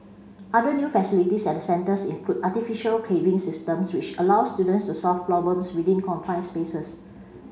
other new facilities at the centres include artificial caving systems which allow students to solve problems within confined spaces